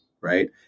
right